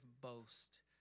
boast